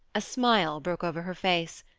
a smile broke over her face,